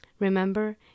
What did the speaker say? Remember